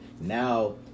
now